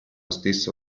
stesso